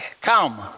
Come